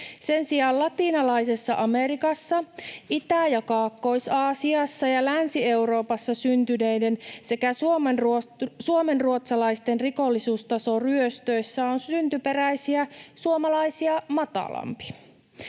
Sen sijaan Latinalaisessa Amerikassa, Itä- ja Kaakkois-Aasiassa ja Länsi-Euroopassa syntyneiden sekä suomenruotsalaisten rikollisuustaso ryöstöissä on syntyperäisiä suomalaisia matalampi.